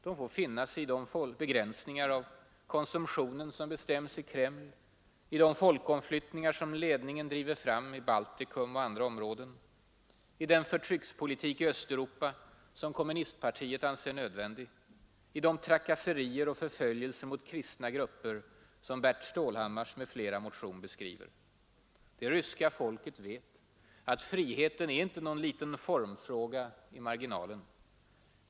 De får finna sig i de begränsningar av konsumtionen som bestäms i Kreml, i de folkomflyttningar som ledningen driver fram i Baltikum och andra områden, i den förtryckspolitik i Östeuropa som kommunistpartiet anser nödvändig, i de trakasserier och förföljelser mot kristna grupper som Bert Stålhammars m.fl. motion beskriver. Det ryska folket vet att friheten inte är någon liten formfråga i marginalen.